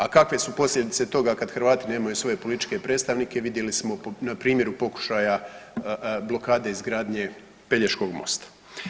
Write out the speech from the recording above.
A kakve su posljedice toga kad Hrvati nemaju svoje političke predstavnike vidjeli smo na primjeru pokušaja blokade izgradnje Pelješkog mosta.